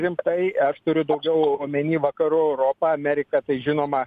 rimtai aš turiu daugiau omeny vakarų europą amerika tai žinoma